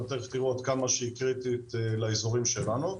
אבל צריך לראות כמה שהיא קריטית לאזורים שלנו.